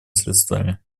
средствами